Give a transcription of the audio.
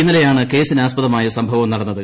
ഇന്നലെയാണ് കേസിനാസ്പദമായ സംഭവം നടന്നത്